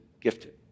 gifted